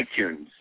iTunes